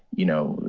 you know,